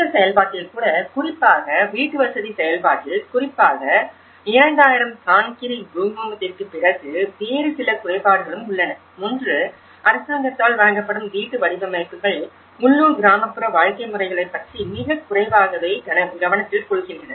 இந்த செயல்பாட்டில் கூட குறிப்பாக வீட்டுவசதி செயல்பாட்டில் குறிப்பாக 2000 கான்கிரி பூகம்பத்திற்குப் பிறகு வேறு சில குறைபாடுகளும் உள்ளன ஒன்று அரசாங்கத்தால் வழங்கப்படும் வீட்டு வடிவமைப்புகள் உள்ளூர் கிராமப்புற வாழ்க்கை முறைகளைப் பற்றி மிகக் குறைவாகவே கவனத்தில் கொள்கின்றன